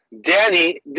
Danny